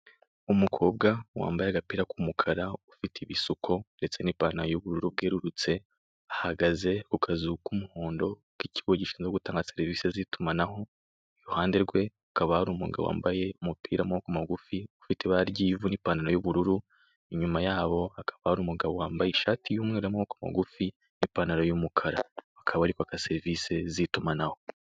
Umukobwa wambaye agapira k'umukara ufite ibisuko n'ipantalo y'ubururu bwerurutse ahagaze ku kazu k'umuhondo k'ikigo gishinzwe gutanga serivise z'itumanaho iruhande rwe hakaba hari umugabo wambaye umupira w'amaboko magufi ufite ibara ry'ivu n'ipantalo y'ubururu, inyuma yabo hakaba hari umugabo y'amaboko magufi n'ipantalo y'umukara akaba ari kwaka serivise z'itumanaho.